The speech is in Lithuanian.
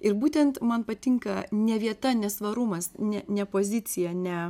ir būtent man patinka ne vieta ne svarumas ne ne pozicija ne